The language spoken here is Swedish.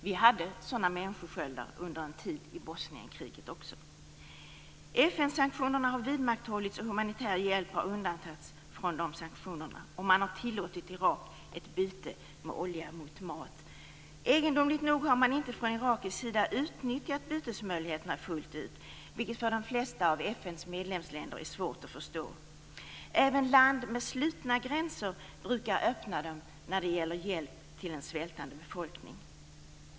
Vi hade sådana människosköldar under en tid i Bosnienkriget också. FN-sanktionerna har vidmakthållits, men humanitär hjälp har undantagits från dem. Man har tillåtit Irak att byta olja mot mat. Egendomligt nog har man inte från irakisk sida utnyttjat bytesmöjligheterna fullt ut, vilket för de flesta av FN:s medlemsländer är svårt att förstå. Även land med slutna gränser brukar öppna dem när det gäller hjälp till en svältande befolkning.